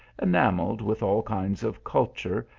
enameled with all kinds of culture,